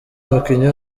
umukinnyi